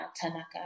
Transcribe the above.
Tanaka